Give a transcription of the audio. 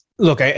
Look